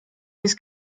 this